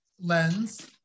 lens